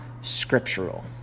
scriptural